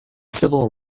civil